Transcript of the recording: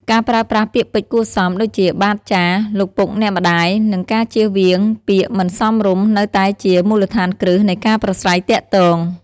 ការប្រើប្រាស់ ពាក្យពេចន៍គួរសម ដូចជា "បាទ/ចាស៎", "លោកពុក/អ្នកម្ដាយ" និងការជៀសវាងពាក្យមិនសមរម្យនៅតែជា មូលដ្ឋានគ្រឹះ នៃការប្រាស្រ័យទាក់ទង។